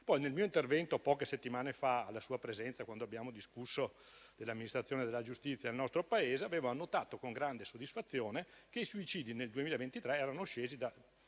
Nel mio intervento di poche settimane fa, alla sua presenza, quando abbiamo discusso dell'amministrazione della giustizia nel nostro Paese, avevo annotato con grande soddisfazione che i suicidi nel 2023 erano scesi a